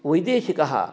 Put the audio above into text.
वैदेशिकः